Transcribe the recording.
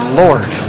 lord